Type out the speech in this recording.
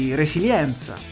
resilienza